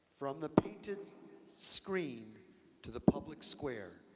from the painted screen to the public square,